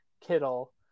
Kittle